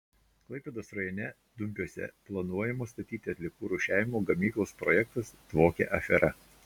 klaipėdos rajone dumpiuose planuojamos statyti atliekų rūšiavimo gamyklos projektas dvokia afera